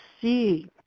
see